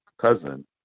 cousin